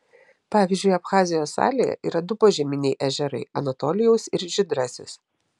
pavyzdžiui abchazijos salėje yra du požeminiai ežerai anatolijaus ir žydrasis